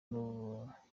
n’ubushobozi